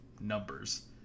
numbers